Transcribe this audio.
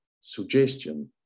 suggestion